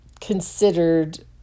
considered